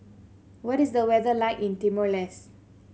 what is the weather like in Timor Leste